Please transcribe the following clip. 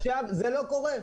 זה לא קורה.